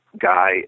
guy